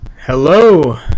Hello